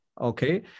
Okay